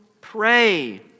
pray